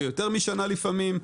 ביותר משנה לפעמים,